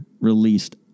released